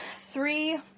three